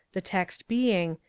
the text being,